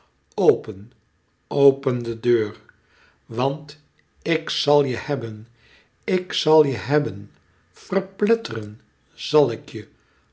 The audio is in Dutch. open open de deur want ik zàl je hebben ik zàl je hebben verpletteren zal ik je